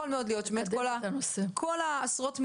יכול להיות שכל עשרות המיליונים,